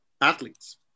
athletes